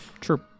True